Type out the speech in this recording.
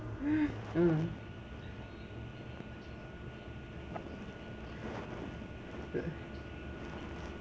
mm